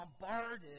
bombarded